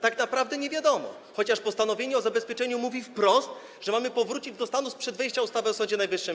Tak naprawdę nie wiadomo, chociaż postanowienie o zabezpieczeniu mówi wprost, że mamy powrócić do stanu sprzed wejścia w życie ustawy o Sądzie Najwyższym.